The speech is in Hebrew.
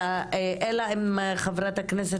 אלא אם תרצי,